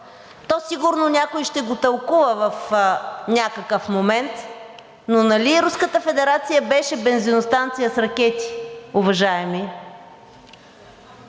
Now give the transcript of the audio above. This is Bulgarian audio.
то сигурно някой ще го тълкува в някакъв момент, но нали Руската федерация беше „бензиностанция с ракети“, уважаеми?!